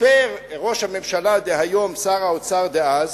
סיפר ראש הממשלה דהיום, שר האוצר דאז,